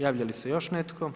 Javlja li se još netko?